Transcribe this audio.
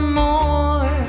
more